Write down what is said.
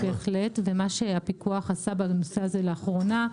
בהחלט, זה מה שהפיקוח עשה בנושא הזה לאחרונה.